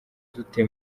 dute